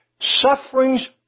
Sufferings